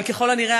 אבל ככל הנראה,